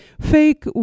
fake